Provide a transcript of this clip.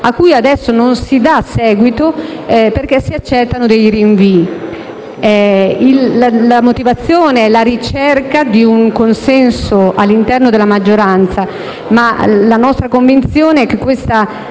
a cui adesso non si dà seguito perché si accettano dei rinvii. La motivazione è la ricerca di un consenso all'interno della maggioranza, ma la nostra convinzione è che tale